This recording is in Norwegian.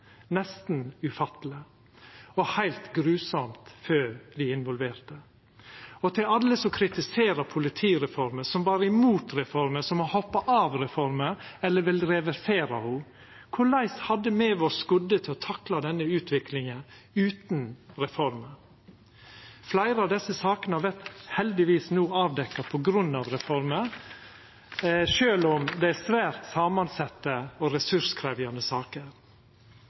nesten ufatteleg og heilt grufullt for dei involverte. Og til alle som kritiserer politireforma, som var imot reforma, som har hoppa av reforma eller vil reversera ho: Korleis hadde me vore skodde til å takla denne utviklinga utan reforma? Fleire av desse sakene vert no heldigvis avdekte på grunn av reforma, sjølv om det er svært samansette og ressurskrevjande saker.